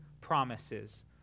promises